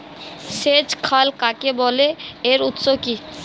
সেচ খাল কাকে বলে এর উৎস কি?